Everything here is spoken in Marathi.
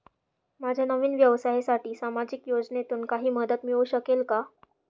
माझ्या नवीन व्यवसायासाठी सामाजिक योजनेतून काही मदत मिळू शकेल का?